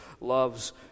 loves